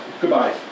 Goodbye